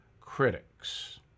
critics